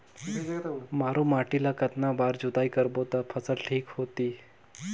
मारू माटी ला कतना बार जुताई करबो ता फसल ठीक होती?